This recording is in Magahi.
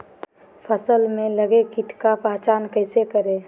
फ़सल में लगे किट का पहचान कैसे करे?